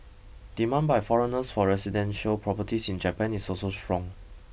demand by foreigners for residential properties in Japan is also strong